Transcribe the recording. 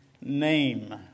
name